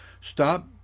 stop